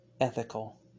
ethical